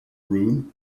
room